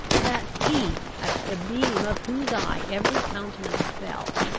that he, at the beam of whose eye every countenance fell,